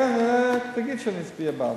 כן, תגיד שאני מצביע בעד.